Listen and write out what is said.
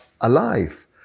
alive